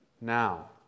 now